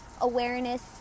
awareness